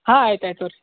ಹಾಂ ಆಯ್ತು ಆಯ್ತು ತಗೋರಿ